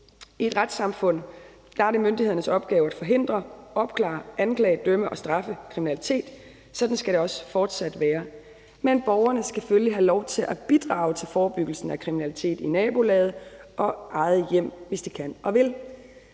I et retssamfund er det myndighedernes opgave at forhindre, opklare, anklage, dømme og straffe kriminalitet. Sådan skal det også fortsat være, men borgerne skal selvfølgelig have lov til at bidrage til forebyggelsen af kriminalitet i nabolaget og eget hjem, hvis de kan og vil.